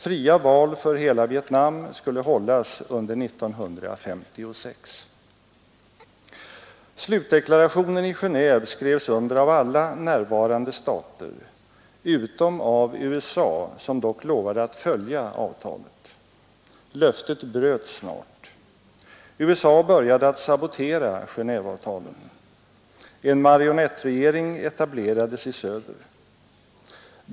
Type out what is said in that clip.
Fria val för hela Vietnam skulle hållas under 1956. Slutdeklarationen i Genéve skrevs under av alla närvarande stater — utom av USA som dock lovade att följa avtalet. Löftet bröts snart. USA började att sabotera Genéveavtalen. En marionettregering etablerades i söder.